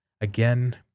again